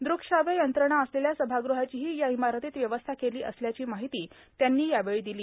दृक श्राव्य यंत्रणा असलेल्या सभाग़हाचीही या इमारतीत व्यवस्था केली असल्याची माहिती त्यांनी यावेळी दिली